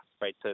right